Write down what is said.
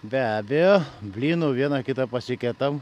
be abejo blynų vieną kitą pasiketam